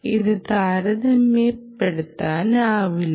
ഇത് താരതമ്യപ്പെടുത്താനാവില്ല